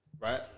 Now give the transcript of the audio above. right